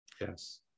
Yes